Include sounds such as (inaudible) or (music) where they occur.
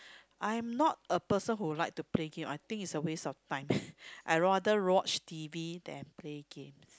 I'm not a person who like to play game I think it's a waste of time (breath) I rather watch T_V than play game